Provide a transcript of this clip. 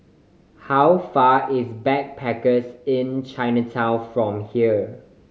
how far is Backpackers Inn Chinatown from here